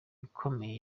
ikomeye